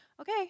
okay